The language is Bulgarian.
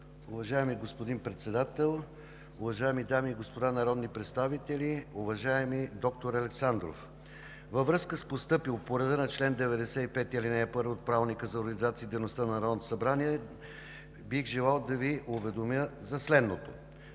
Уважаеми господин Председател, уважаеми дами и господа народни представители! Уважаеми доктор Александров, във връзка с постъпил въпрос по реда на чл. 95, ал. 1 от Правилника за организацията и дейността на Народното събрание бих желал да Ви уведомя за следното.